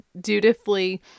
dutifully